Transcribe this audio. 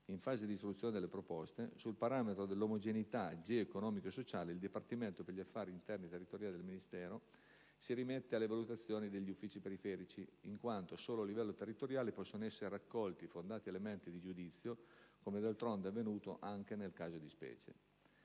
in fase di istruzione delle proposte, sul parametro dell'omogeneità geo-economico-sociale il dipartimento per gli affari interni e territoriali del Ministero dell'interno si rimette alle valutazioni degli uffici periferici in quanto solo a livello territoriale possono essere raccolti fondati elementi di giudizio, come d'altronde è avvenuto anche nel caso di specie.